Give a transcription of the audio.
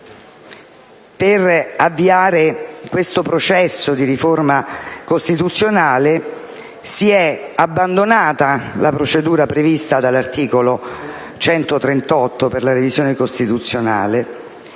per avviare questo processo di riforma costituzionale si è volutamente abbandonata la procedura prevista dall'articolo 138 per la revisione costituzionale,